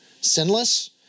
sinless